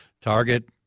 target